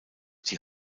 die